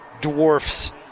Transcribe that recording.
dwarfs